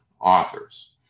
authors